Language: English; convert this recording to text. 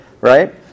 right